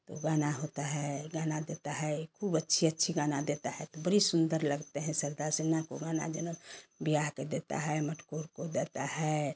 तो गाना होता है गाना देता है खूब अच्छी अच्छी गाना देता है तो बड़ी सुंदर लगते हैं सरधा सिन्हा को गाना देना ब्याह के देता है मटकोर को देता है